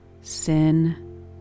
sin